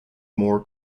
more